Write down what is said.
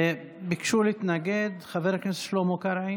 ביקשו להתנגד חבר הכנסת שלמה קרעי